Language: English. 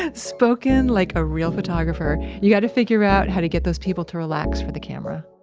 ah spoken like a real photographer. you gotta figure out how to get those people to relax for the camera